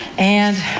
and